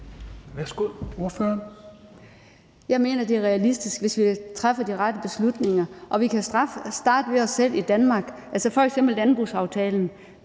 Zimmer (FG): Jeg mener, det er realistisk, hvis vi træffer de rette beslutninger, og vi kan starte med os selv i Danmark. F.eks. er landbrugsaftalen